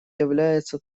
является